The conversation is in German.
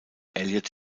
elliott